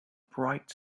bright